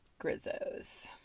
grizzos